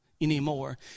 anymore